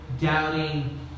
doubting